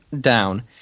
down